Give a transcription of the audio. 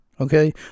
okay